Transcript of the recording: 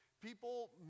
people